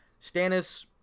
Stannis